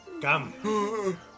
come